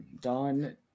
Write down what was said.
Don